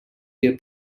their